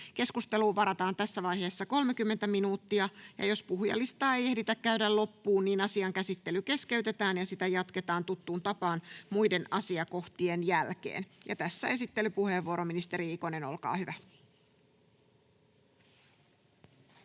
Keskusteluun varataan tässä vaiheessa 30 minuuttia. Jos puhujalistaa ei ehditä käydä loppuun, asian käsittely keskeytetään ja sitä jatketaan tuttuun tapaan muiden asiakohtien jälkeen. — Tässä esittelypuheenvuoro, ministeri Ikonen, olkaa hyvä.